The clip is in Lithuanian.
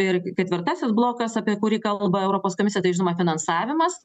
ir ketvirtasis blokas apie kurį kalba europos komisija tai žinoma finansavimas